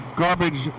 garbage